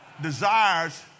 Desires